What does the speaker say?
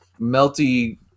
melty